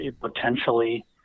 potentially